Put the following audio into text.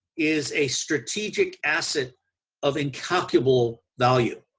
is a strategic asset of incalculable value.